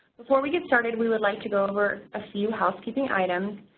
before we get started, we would like to go over a few housekeeping items.